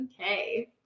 okay